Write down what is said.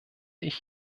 ich